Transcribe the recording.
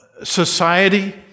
society